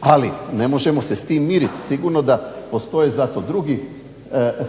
Ali ne možemo se s tim miriti. Sigurno da za to postoje